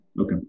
Okay